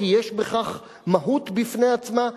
כי יש בכך מהות בפני עצמה,